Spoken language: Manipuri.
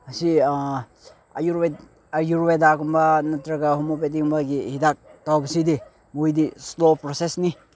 ꯑꯁꯤ ꯑꯥꯌꯨꯔꯚꯦꯗꯥꯒꯨꯝꯕ ꯅꯠꯇ꯭ꯔꯒ ꯍꯣꯃ꯭ꯌꯣꯄꯦꯊꯤꯒꯨꯝꯕꯒꯤ ꯍꯤꯗꯥꯛ ꯇꯧꯕꯁꯤꯗꯤ ꯃꯣꯏꯗꯤ ꯁ꯭ꯂꯣ ꯄ꯭ꯔꯣꯁꯦꯁꯅꯤ